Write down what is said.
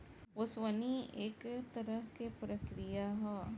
ओसवनी एक तरह के प्रक्रिया ह